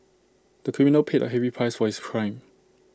the criminal paid A heavy price for his crime